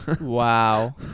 Wow